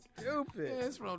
Stupid